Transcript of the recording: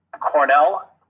Cornell